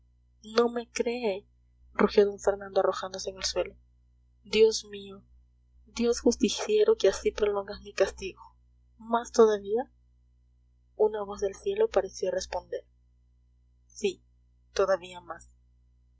no me cree rugió d fernando arrojándose en el suelo dios mío dios justiciero que así prolongas mi castigo más todavía una voz del cielo pareció responder sí todavía más